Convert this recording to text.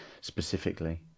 specifically